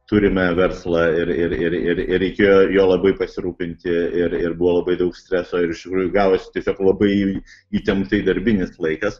turime verslą ir ir ir ir reikėjo juo labai pasirūpinti ir ir buvo labai daug streso ir iš tikrųjų gavosi tiesiog labai įtemptai darbinis laikas